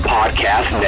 Podcast